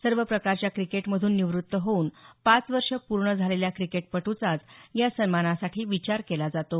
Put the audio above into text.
सर्व प्रकारच्या क्रिकेटमधून निवृत्त होऊन पाच वर्ष पूर्ण झालेल्या क्रिकेटपट्रचाच या या सन्मानासाठी विचार केला जातो